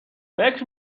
فکر